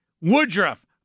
Woodruff